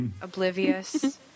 oblivious